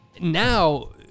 Now